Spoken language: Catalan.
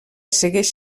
segueix